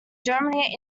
germany